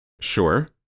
Sure